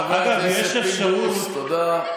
חבר הכנסת פינדרוס, תודה.